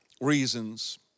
reasons